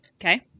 Okay